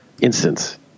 instance